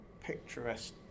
picturesque